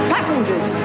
Passengers